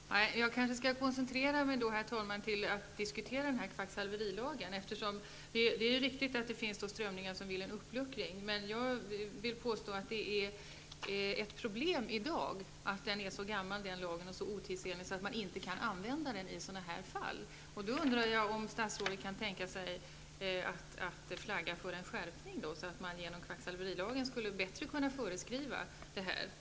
Herr talman! Jag skall då kanske koncentrera mig på att diskutera kvacksalverilagen. Det är riktigt att det talas om en uppluckring. Men jag påstår att det innebär ett problem att lagen är så gammal och otidsenlig att man inte kan använda den i sådana här fall. Då undrar jag om statsrådet kan tänka sig att flagga för en skärpning så att kvacksalverilagen kommer att innehålla effektivare regler.